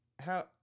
how-